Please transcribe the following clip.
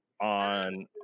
on